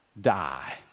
Die